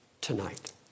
tonight